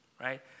right